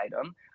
item